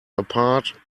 apart